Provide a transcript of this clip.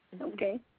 Okay